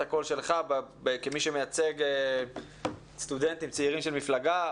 הקול שלך כמי שמייצג סטודנטים צעירים של מפלגה.